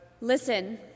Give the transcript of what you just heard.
Listen